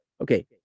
okay